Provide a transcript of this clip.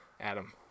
Adam